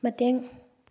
ꯃꯇꯦꯡ